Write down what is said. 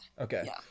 Okay